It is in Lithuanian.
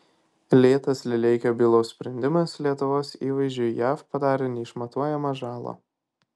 lėtas lileikio bylos sprendimas lietuvos įvaizdžiui jav padarė neišmatuojamą žalą